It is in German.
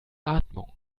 atmung